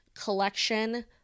collection